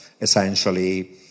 essentially